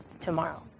tomorrow